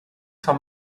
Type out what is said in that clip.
vom